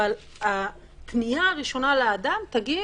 אבל הפנייה הראשונה לאדם תגיד: